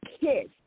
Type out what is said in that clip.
kids